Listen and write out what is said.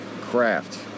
craft